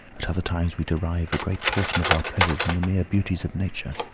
at other times we derive a great portion of our pleasures from the mere beauties of nature.